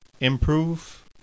improve